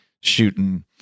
shooting